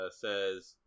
says